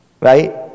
Right